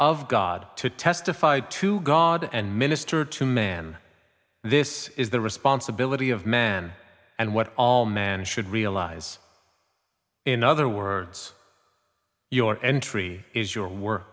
of god to testified to god and ministered to man this is the responsibility of man and what all man should realize in other words your entry is your w